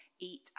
eat